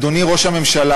אדוני ראש הממשלה,